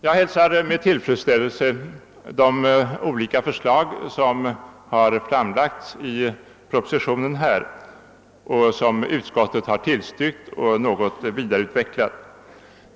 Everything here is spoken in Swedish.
Jag hälsar med tillfredsställelse de olika förslag som har framlagts i propositionen och som utskottet har tillstyrkt och något vidareutvecklat.